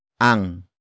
ang